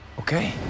Okay